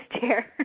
chair